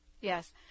yes